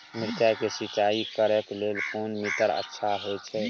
मिर्चाय के सिंचाई करे लेल कोन मोटर अच्छा होय छै?